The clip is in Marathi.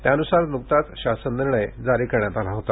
त्यानुसार नुकताच शासन निर्णय जारी करण्यात आला होता